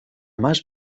más